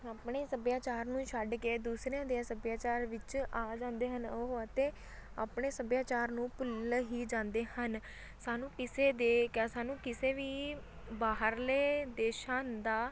ਆਪਣੇ ਸੱਭਿਆਚਾਰ ਨੂੰ ਛੱਡ ਕੇ ਦੂਸਰਿਆਂ ਦੀਆਂ ਸੱਭਿਆਚਾਰ ਵਿੱਚ ਆ ਜਾਂਦੇ ਹਨ ਉਹ ਅਤੇ ਆਪਣੇ ਸੱਭਿਆਚਾਰ ਨੂੰ ਭੁੱਲ ਹੀ ਜਾਂਦੇ ਹਨ ਸਾਨੂੰ ਕਿਸੇ ਦੇ ਕਹ ਸਾਨੂੰ ਕਿਸੇ ਵੀ ਬਾਹਰਲੇ ਦੇਸ਼ਾਂ ਦਾ